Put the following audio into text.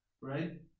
Right